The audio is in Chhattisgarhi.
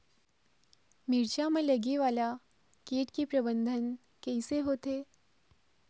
मिरचा मा लगे वाला कीट के प्रबंधन कइसे होथे?